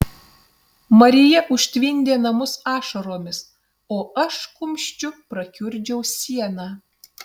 marija užtvindė namus ašaromis o aš kumščiu prakiurdžiau sieną